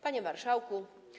Panie Marszałku!